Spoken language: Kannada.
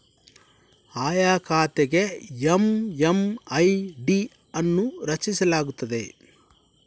ಆಯಾ ಖಾತೆಗೆ ಎಮ್.ಎಮ್.ಐ.ಡಿ ಅನ್ನು ರಚಿಸಲಾಗುತ್ತದೆ